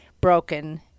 broken